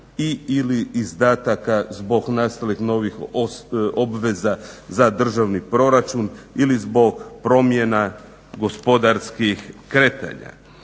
i ili izdataka zbog nastalih novih obveza za državni proračun ili zbog promjena gospodarskih kretanja.